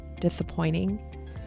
disappointing